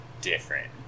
different